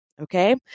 okay